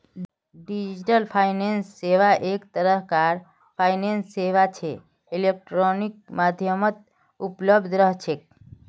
digital finance सेवा एक तरह कार फाइनेंस सेवा छे इलेक्ट्रॉनिक माध्यमत उपलब्ध रह छे